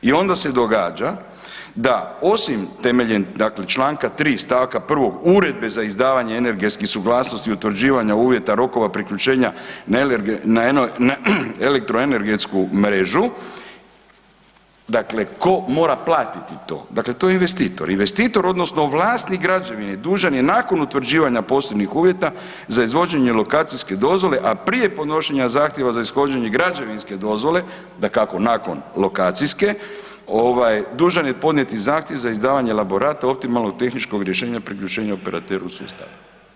I onda se događa da osim temeljem dakle Članka 3. stavka 1. Uredbe za izdavanje energetske suglasnosti utvrđivanja uvjeta rokova priključenja na elektroenergetsku mrežu, dakle tko mora platiti to, dakle to je investitor odnosno vlasnik građevine dužan je nakon utvrđivanja posebnih uvjeta za izvođenje lokacijske dozvole, a prije podnošenja zahtjeva za ishođenje građevinske dozvole, dakako nakon lokacijske ovaj dužan je podnijeti zahtjev za izdavanje elaborata optimalno tehničkog rješenja priključenja operateru sustava.